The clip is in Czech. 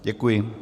Děkuji.